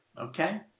okay